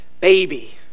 baby